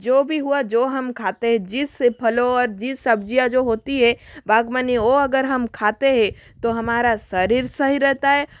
जो भी हुआ जो हम खाते है जिस फलों और जिस सब्जियाँ जो होती है बागबानी वो अगर हम खाते है तो हमारा शरीर सही रहता है